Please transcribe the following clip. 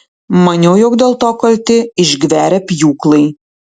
maniau jog dėl to kalti išgverę pjūklai